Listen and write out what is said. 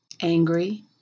angry